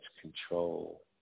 control